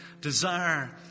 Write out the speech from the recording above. desire